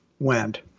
went